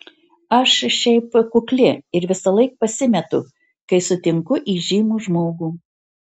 aš šiaip kukli ir visąlaik pasimetu kai sutinku įžymų žmogų